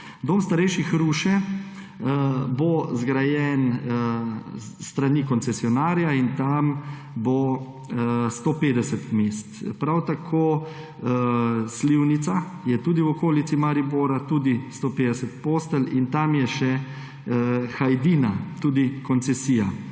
Dom starejših Ruše bo zgrajen s strani koncesionarja in tam bo 150 mest; prav tako Slivnica je tudi v okolici Maribora, tudi 150 postelj. In tam je še Hajdina, tudi koncesija,